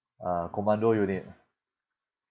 uh commando unit